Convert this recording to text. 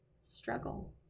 struggle